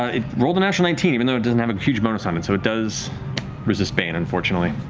ah it rolled a natural nineteen, even though it doesn't have a huge bonus on it, so it does resist bane, unfortunately.